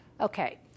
Okay